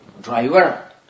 Driver